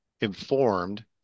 informed